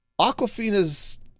Aquafina's